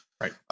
Right